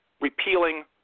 repealing